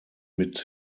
mit